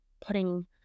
putting